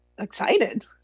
excited